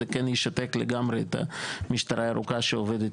זה כן ישתק לגמרי את המשטרה הירוקה שעובדת